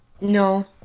no